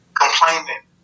complaining